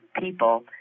people